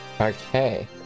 Okay